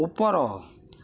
ଉପର